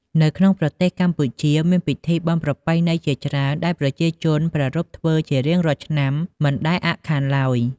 នៅក្នុងប្រទេសកម្ពុជាមានពិធីបុណ្យប្រពៃណីជាច្រើនដែលប្រជាជនប្រារព្ធធ្វើជារៀងរាល់ឆ្នាំមិនដែលអាក់ខានឡើយ។